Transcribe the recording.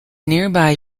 nearby